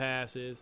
passes